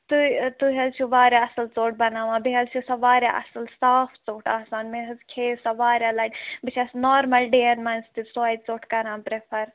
تُہۍ تُہۍ حظ چھِو واریاہ اَصٕل ژوٚٹ بَناوان بیٚیہِ حظ چھِ سۄ واریاہ اَصٕل صاف ژوٚٹ آسان مےٚ حظ کھیٚیے سۄ واریاہ لَٹہِ بہٕ چھَس نارمَل ڈیَن منٛز تہِ سۄے ژوٚٹ کَران پرٛیفر